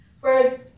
Whereas